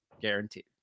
guaranteed